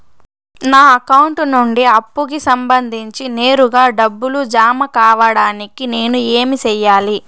నా అకౌంట్ నుండి అప్పుకి సంబంధించి నేరుగా డబ్బులు జామ కావడానికి నేను ఏమి సెయ్యాలి?